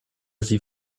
sie